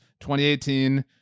2018